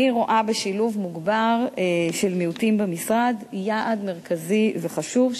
אני רואה בשילוב מוגבר של מיעוטים במשרד יעד מרכזי וחשוב,